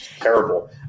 terrible